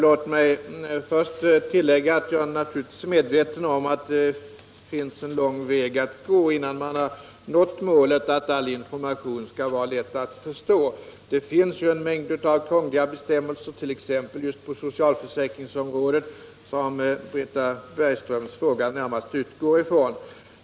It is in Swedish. Herr talman! Låt mig först säga att det är lång väg att gå innan vi har nått målet att all information är lätt att förstå. Det finns t.ex. just på socialförsäkringsområdet, som Britta Bergströms fråga handlar om, en mängd kungliga bestämmelser som kan vara svårtolkade.